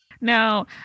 Now